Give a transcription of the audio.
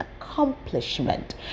accomplishment